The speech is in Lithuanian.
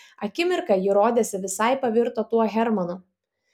akimirką ji rodėsi visai pavirto tuo hermanu